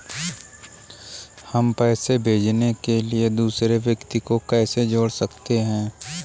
हम पैसे भेजने के लिए दूसरे व्यक्ति को कैसे जोड़ सकते हैं?